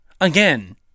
again